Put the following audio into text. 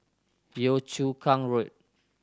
Yio Chu Kang Road